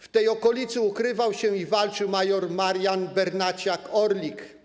W tej okolicy ukrywał się i walczył mjr Marian Bernaciak ˝Orlik˝